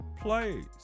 plays